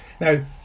Now